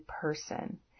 person